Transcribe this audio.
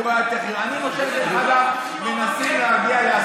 אתה יכול למשוך עד יום